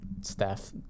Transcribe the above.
staff